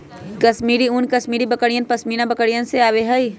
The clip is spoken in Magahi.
कश्मीरी ऊन कश्मीरी बकरियन, पश्मीना बकरिवन से आवा हई